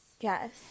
yes